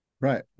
Right